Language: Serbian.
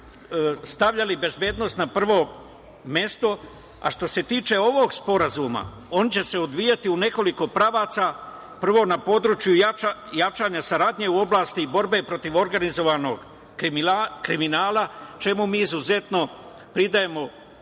stavljali bezbednost na prvo mesto, a što se tiče ovog sporazuma, on će se odvijati u nekoliko pravaca, prvo na području jačanja saradnje u oblasti borbe protiv organizovanog kriminala, čemu mi izuzetno pridajemo